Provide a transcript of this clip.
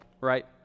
right